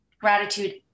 gratitude